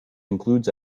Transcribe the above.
includes